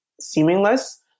seamless